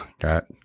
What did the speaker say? got